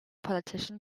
politician